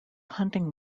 hunting